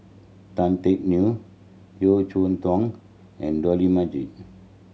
Tan Teck Neo Yeo Cheow Tong and Dollah Majid